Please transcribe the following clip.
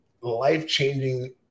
life-changing